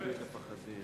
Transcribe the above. יפה.